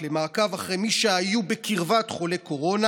למעקב אחרי מי שהיו בקרבת חולי קורונה,